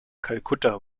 kalkutta